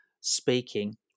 speaking